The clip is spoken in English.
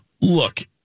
Look